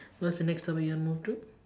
what's the next stop you want move to